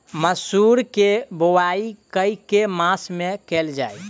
मसूर केँ बोवाई केँ के मास मे कैल जाए?